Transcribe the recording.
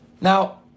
now